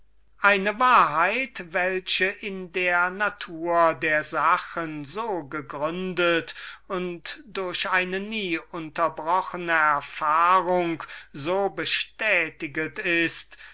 eine wahrheit welche in der natur der sachen so gegründet und durch eine nie unterbrochene erfahrung so bestätiget ist